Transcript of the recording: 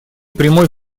прямой